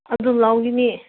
ꯑꯗꯨ ꯂꯧꯅꯤꯡꯏ